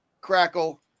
Crackle